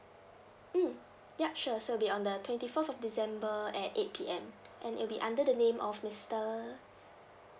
mm ya sure so it'll be on the twenty fourth of december at eight P_M and it'll be under the name of mister